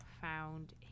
found